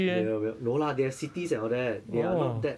没有没有 no lah they have cities and all that they are not that